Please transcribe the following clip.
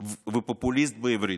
ופופוליסט בעברית.